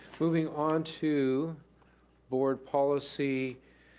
moving on to board policy